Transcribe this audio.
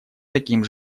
таким